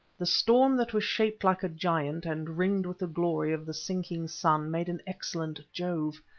the storm that was shaped like a giant and ringed with the glory of the sinking sun made an excellent jove,